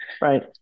Right